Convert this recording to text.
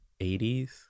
80s